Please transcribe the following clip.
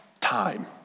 Time